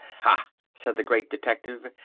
ha! said the great detective,